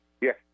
Yes